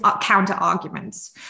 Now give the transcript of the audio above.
counter-arguments